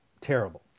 terrible